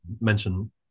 mention